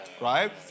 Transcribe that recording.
right